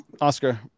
Oscar